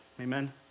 Amen